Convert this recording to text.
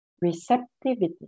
receptivity